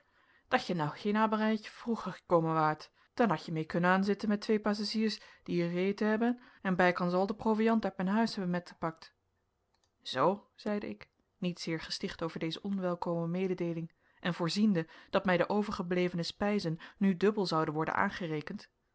dat je nou geen amerijtje vroeger ekomen waart dan had je mee kunnen anzitten met twee passeziers die hier egeten hebben en bijkans al de proviand uit mijn huis hebben met epakt zoo zeide ik niet zeer gesticht over deze onwelkome mededeeling en voorziende dat mij de overgeblevene spijzen nu dubbel zouden worden aangerekend